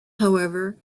however